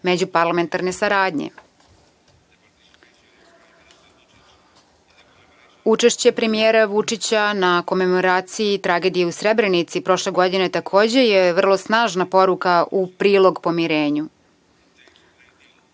međuparlamentarne saradnje. Učešće premijera Vučića na komemoraciji tragedije u Srebrenici prošle godine takođe je vrlo snažna poruka u prilog pomirenju.